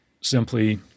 simply